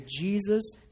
Jesus